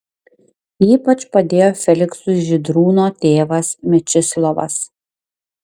ypač padėjo feliksui žydrūno tėvas mečislovas